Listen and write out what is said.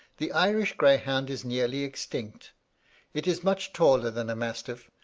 the irish greyhound is nearly extinct it is much taller than a mastiff,